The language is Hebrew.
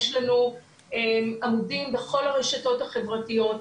יש לנו עמודים בכל הרשתות החברתיות.